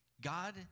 god